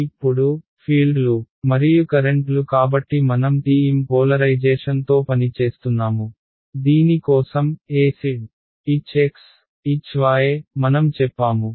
ఇప్పుడు ఫీల్డ్లు మరియు కరెంట్లు కాబట్టి మనం TM పోలరైజేషన్తో పని చేస్తున్నాము దీని కోసం EzHxHy మనం చెప్పాము